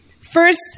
first